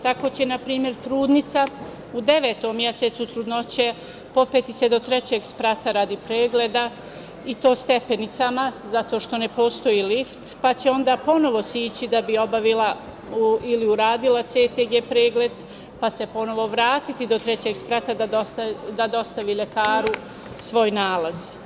Tako će npr. trudnica u devetom mesecu trudnoće popeti se do trećeg sprata radi pregleda, i to stepenicama, zato što ne postoji lift, pa će onda ponovo sići da bi obavila ili uradila CTG pregled, pa se ponovo vratiti do trećeg sprata da dostavi lekaru svoj nalaz.